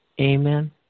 Amen